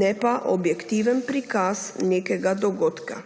ne pa objektiven prikaz nekega dogodka.